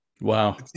wow